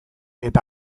eta